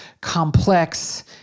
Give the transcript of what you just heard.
complex